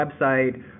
website